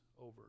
over